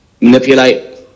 manipulate